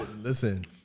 listen